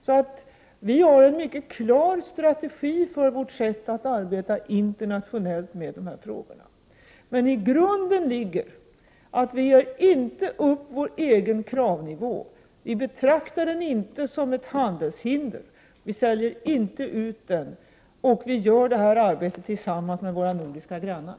Vi har alltså en mycket klar strategi för vårt sätt att arbeta internationellt med dessa frågor. Men i grunden finns det faktum att vi inte ger upp vår egen kravnivå. Vi betraktar den inte som ett handelshinder, och vi säljer inte ut den. Och vi bedriver detta arbete tillsammans med våra nordiska grannar.